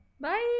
bye